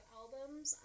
albums